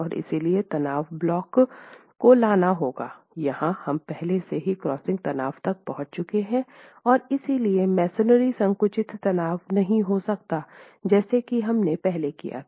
और इसलिए तनाव ब्लॉक को लाना होगा यहाँ हम पहले से ही क्रशिंग तनाव तक पहुँच चुके हैं और इसलिए मसोनरी संकुचित तनाव नहीं हो सकता जैसा कि हमने पहले किया था